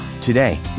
Today